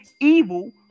evil